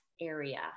area